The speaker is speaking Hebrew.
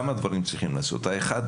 כמה דברים צריכים לעשות: האחד,